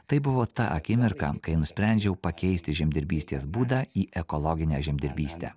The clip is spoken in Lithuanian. tai buvo ta akimirka kai nusprendžiau pakeisti žemdirbystės būdą į ekologinę žemdirbystę